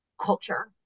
culture